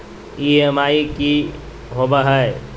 EMI की होवे है?